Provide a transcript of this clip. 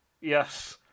Yes